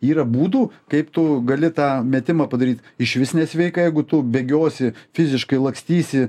yra būdų kaip tu gali tą metimą padaryt išvis nesveika jeigu tu bėgiosi fiziškai lakstysi